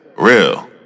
Real